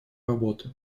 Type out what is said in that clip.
работы